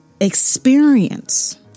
experience